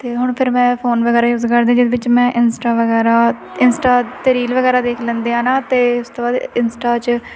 ਅਤੇ ਹੁਣ ਫਿਰ ਮੈਂ ਫੋਨ ਵਗੈਰਾ ਯੂਜ ਕਰਦੀ ਜਿਹਦੇ ਵਿੱਚ ਮੈਂ ਇੰਸਟਾ ਵਗੈਰਾ ਇੰਸਟਾ 'ਤੇ ਰੀਲ ਵਗੈਰਾ ਦੇਖ ਲੈਂਦੇ ਹਾਂ ਨਾ ਅਤੇ ਉਸ ਤੋਂ ਬਾਅਦ ਇੰਸਟਾ 'ਚ